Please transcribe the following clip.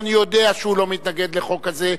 ואני יודע שהוא לא מתנגד לחוק הזה,